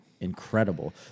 incredible